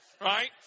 Right